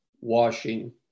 washing